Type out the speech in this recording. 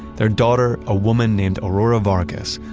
their daughter, a woman named aurora vargas,